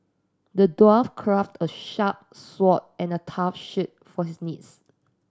the dwarf crafted a sharp sword and a tough shield for this knights